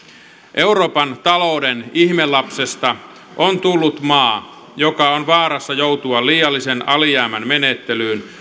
euroopan talouden ihmelapsesta on tullut maa joka on vaarassa joutua liiallisen alijäämän menettelyyn